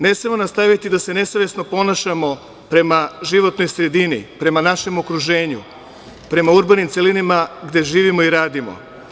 Ne smemo nastaviti da se nesavesno ponašamo prema životnoj sredini, prema našem okruženju, prema urbanim celinama gde živimo i radimo.